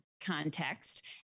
context